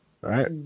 Right